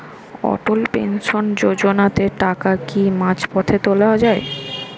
অটল pension যোজনাতে টাকা কি মাঝপথে তোলা যায়?